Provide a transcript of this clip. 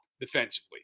defensively